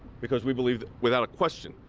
because, we believe without question,